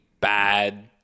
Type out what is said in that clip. bad